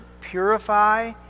purify